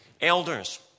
elders